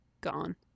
gone